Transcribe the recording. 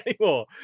anymore